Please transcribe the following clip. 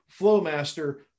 Flowmaster